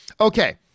Okay